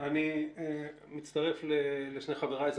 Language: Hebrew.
אני מצטרף לשני חבריי.